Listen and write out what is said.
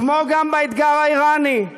כמו באתגר האיראני,